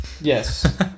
Yes